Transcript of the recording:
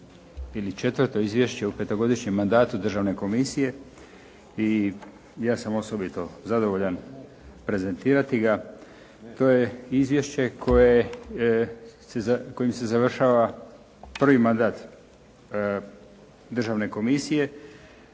četvrto izvješće u petogodišnjem mandatu Državne komisije i ja sam osobito zadovoljan prezentirati ga. To je izvješće kojim se završava prvi mandat Državne komisije